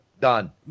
Done